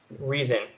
reason